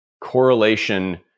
correlation